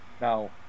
Now